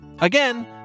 again